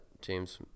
James